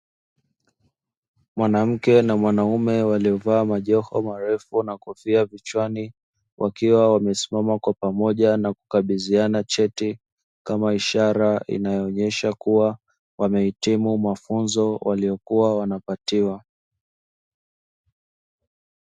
Mwanamke na mwanaume waliovaa majoho marefu na kofia vichwani, wakiwa wamesimama kwa pamoja na kukabidhiana cheti, kama ishara inayoonyesha kuwa wamehitimu mafunzo waliokuwa wanapatiwa.